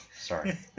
Sorry